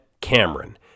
Cameron